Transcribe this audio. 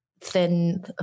thin